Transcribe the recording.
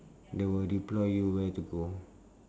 they will reply you where to go